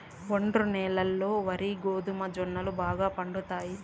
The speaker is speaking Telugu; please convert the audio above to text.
ఒండ్రు న్యాలల్లో వరి, గోధుమ, జొన్నలు బాగా పండుతాయి